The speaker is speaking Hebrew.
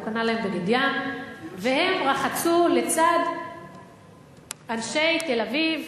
הוא קנה להם בגד-ים והם רחצו לצד אנשי תל-אביב